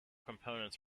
components